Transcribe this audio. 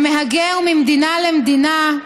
המהגר ממדינה למדינה,